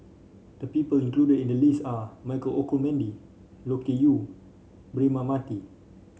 the people included in the list are Michael Olcomendy Loke Yew Braema Mathi